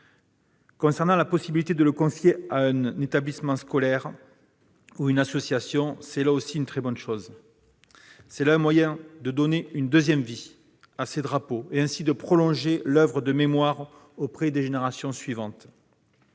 Quant à la possibilité de les confier à un établissement scolaire ou à une association, c'est également une très bonne chose, un moyen de donner une deuxième vie à ces drapeaux et, ainsi, de prolonger l'oeuvre de mémoire auprès des générations suivantes.